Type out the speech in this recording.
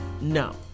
no